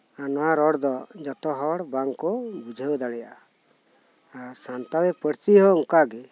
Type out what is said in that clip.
ᱟᱨ ᱱᱚᱣᱟ ᱨᱚᱲ ᱫᱚ ᱡᱚᱛᱚᱦᱚᱲ ᱵᱟᱝᱠᱩ ᱵᱩᱡᱷᱟᱹᱣ ᱫᱟᱲᱮᱭᱟᱜᱼᱟ ᱟᱨ ᱥᱟᱱᱛᱟᱲᱤ ᱯᱟᱹᱨᱥᱤ ᱦᱚᱸ ᱚᱱᱠᱟᱜᱤ